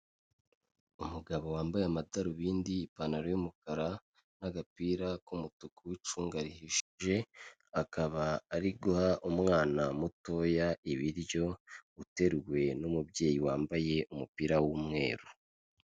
Umugabo wambaye amadarubindi, ipantaro y'umukara n'agapira k'umutuku, ucunga rihishije akaba ari guha umwana mutoya ibiryo uteruwe n'umubyeyi wambaye umupira w'umweru.